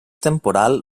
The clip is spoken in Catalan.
temporal